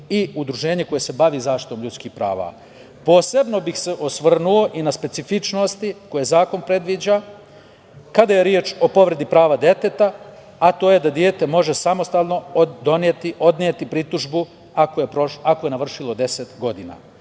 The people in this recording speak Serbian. i udruženje koje se bavi zaštitom ljudskih prava. Posebno bih se osvrnuo i na specifičnosti koje zakon predviđa, kada je reč o povredi prava deteta, a to je da dete može samostalno doneti, odneti pritužbu ako je navršilo 10 godina. Na